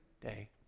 day